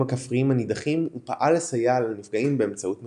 הכפריים הנידחים ופעל לסייע לנפגעים באמצעות ממשלתו.